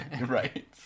Right